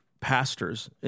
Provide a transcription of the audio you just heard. pastors